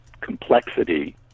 complexity